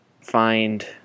find